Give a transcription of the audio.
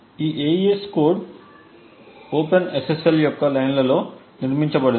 కాబట్టి ఈ AES code open SSL యొక్క లైన్లలో నిర్మించబడింది